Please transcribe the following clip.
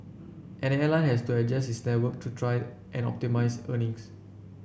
an airline has to adjust its network to try and optimise earnings